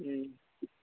ठीक